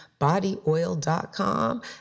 bodyoil.com